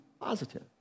positive